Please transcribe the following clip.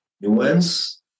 nuance